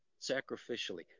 sacrificially